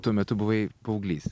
tuo metu buvai paauglys